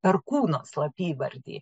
perkūno slapyvardį